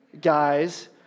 Guys